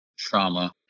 trauma